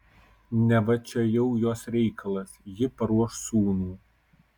neva čia jau jos reikalas ji paruoš sūnų